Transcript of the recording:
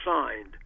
signed